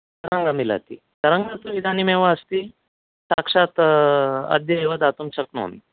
तरङ्ग मिलति तरङ्ग इदानीम् एव अस्ति साक्षात् अद्य एव दातुं शक्नोमि